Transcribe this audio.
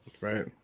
Right